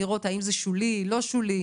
לראות האם זה שולי או לא שולי,